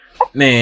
Man